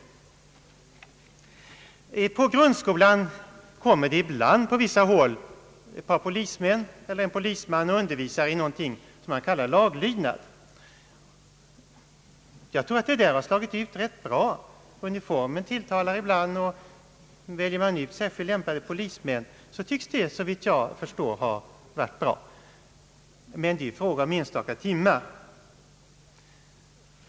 Till grundskolan kommer på vissa håll ibland ett par polismän eller en polisman och undervisar i någonting som kallas laglydnad. Jag tror att det har slagit rätt bra ut — uniformer tilltalar ganska många, och väljer man ut särskilt lämpade polismän kan effekten såvitt jag förstår bli god. Men det rör sig om enstaka timmar.